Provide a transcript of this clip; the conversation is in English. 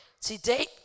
today